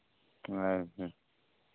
ᱟᱨ